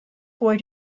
boy